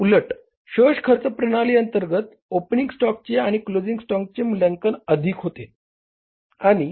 याच्या उलट शोष खर्च प्रणाली अंतर्गत ओपनिंग स्टॉकचे आणि क्लोजिंग स्टॉकचे मूल्यांकन अधिक होते